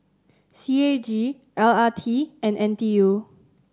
C A G L R T and N T U